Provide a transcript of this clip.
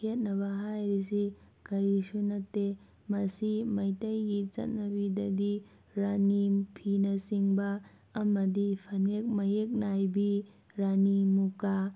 ꯈꯦꯠꯅꯕ ꯍꯥꯏꯔꯤꯁꯤ ꯀꯔꯤꯁꯨ ꯅꯠꯇꯦ ꯃꯁꯤ ꯃꯩꯇꯩꯒꯤ ꯆꯠꯅꯕꯤꯗꯗꯤ ꯔꯥꯅꯤ ꯐꯤꯅꯆꯤꯡꯕ ꯑꯃꯗꯤ ꯐꯅꯦꯛ ꯃꯌꯦꯛ ꯅꯥꯏꯕꯤ ꯔꯥꯅꯤ ꯃꯨꯀꯥ